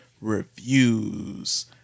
reviews